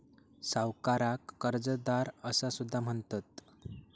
सावकाराक कर्जदार असा सुद्धा म्हणतत